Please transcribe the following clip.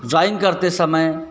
drawing करते समय